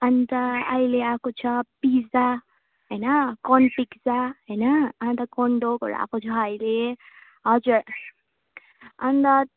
अन्त अहिले आएको छ पिजा होइन कर्न पिज्जा होइन अन्त कर्न डोकहरू आएको छ अहिले हजुर अन्त